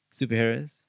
superheroes